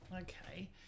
Okay